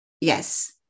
Yes